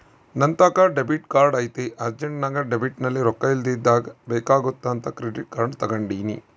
ನಂತಾಕ debit card ಐತೆ ಅರ್ಜೆಂಟ್ನಾಗ ಡೆಬಿಟ್ನಲ್ಲಿ ರೊಕ್ಕ ಇಲ್ಲದಿದ್ದಾಗ ಬೇಕಾಗುತ್ತೆ ಅಂತ ಕ್ರೆಡಿಟ್ ಕಾರ್ಡನ್ನ ತಗಂಡಿನಿ